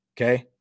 okay